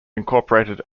incorporated